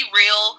real